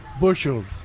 bushels